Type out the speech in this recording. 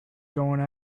going